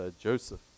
Joseph